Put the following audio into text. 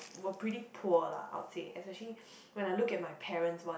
were pretty poor lah I would say especially when I look at my parents one